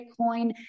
Bitcoin